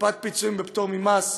מקופת פיצויים בפטור ממס,